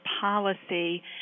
policy